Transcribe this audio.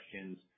questions